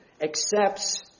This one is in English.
accepts